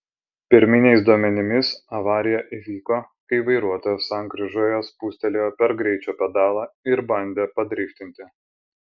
pirminiais duomenimis avarija įvyko kai vairuotojas sankryžoje spustelėjo per greičio pedalą ir bandė padriftinti